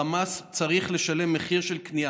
החמאס צריך לשלם מחיר של כניעה.